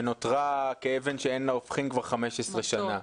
שנותרה כאבן שאין לה הופכין כבר 15 שנה.